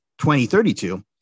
2032